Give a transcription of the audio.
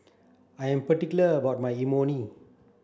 I am particular about my Imoni